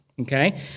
Okay